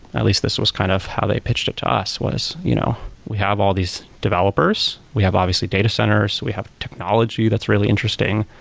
at least this was kind of how they pitched it to us was you know we have all these developers, we have obviously data centers, we have technology that's really interesting.